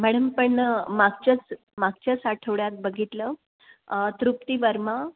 madam पण मागच्याच मागच्याच आठवड्यात बघितलं तृप्ती वर्मा